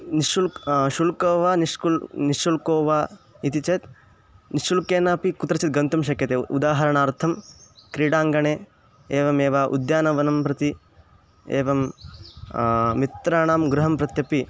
निःशुल्कं शुल्को वा निष्कुल् निःशुल्को वा इति चेत् निःशुल्केन अपि कुत्रचित् गन्तुं शक्यते उ उदाहरणार्थं क्रीडाङ्गणे एवमेव उद्यानवनं प्रति एवं मित्राणां गृहं प्रत्यपि